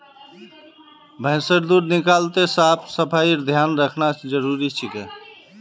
भैंसेर दूध निकलाते साफ सफाईर ध्यान रखना जरूरी छिके